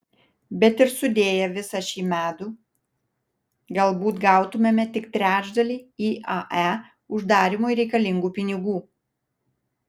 bet ir sudėję visą šį medų galbūt gautumėme tik trečdalį iae uždarymui reikalingų pinigų